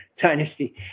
dynasty